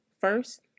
first